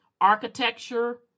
architecture